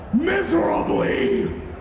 miserably